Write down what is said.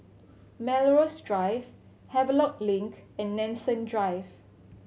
Melrose Drive Havelock Link and Nanson Drive